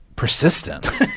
Persistent